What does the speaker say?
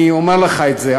אני אומר לך את זה,